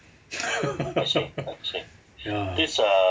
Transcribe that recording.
ya